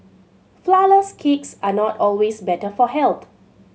flourless cakes are not always better for health